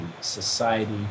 society